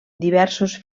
diversos